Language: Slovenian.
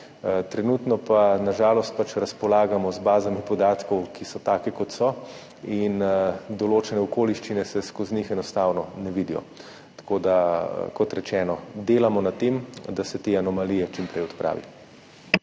Trenutno pa na žalost razpolagamo z bazami podatkov, ki so take, kot so, in določene okoliščine se skozi njih enostavno ne vidijo. Kot rečeno, delamo na tem, da se te anomalije čim prej odpravi.